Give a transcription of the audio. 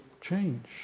change